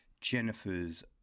Jennifer's